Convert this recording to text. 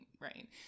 Right